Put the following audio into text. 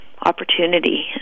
opportunity